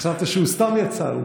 חשבת שהוא סתם יצא.